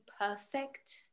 perfect